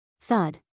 Thud